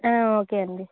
okay అండి